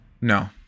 No